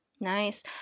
Nice